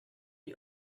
die